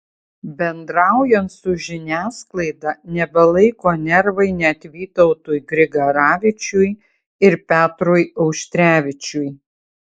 bendraujant su žiniasklaida nebelaiko nervai net vytautui grigaravičiui ir petrui auštrevičiui